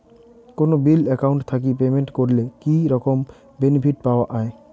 কোনো bill account থাকি payment করলে কি রকম বেনিফিট পাওয়া য়ায়?